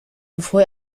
bevor